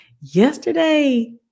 yesterday